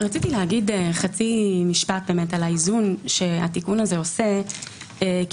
רציתי להגיד משהו על האיזון שהתיקון הזה עושה כי